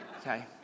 Okay